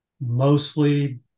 mostly